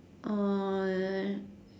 uh